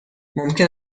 ممکن